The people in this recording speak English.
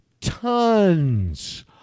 tons